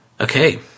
Okay